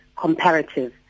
comparative